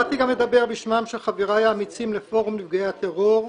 באתי גם לדבר בשמם של חברי האמיצים לפורום נפגעי הטרור,